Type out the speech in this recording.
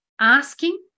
asking